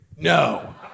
No